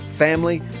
family